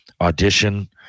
Audition